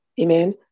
Amen